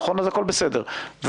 בסדר.